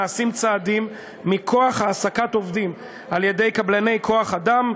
נעשים צעדים מכוח חוק העסקת עובדים על-ידי קבלני כוח-אדם,